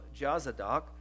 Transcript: Jazadok